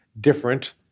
different